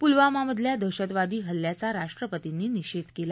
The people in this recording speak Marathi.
पुलवामामधल्या दहशतवादी हल्ल्याचा राष्ट्रपतींनी निषेध केला